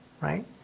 right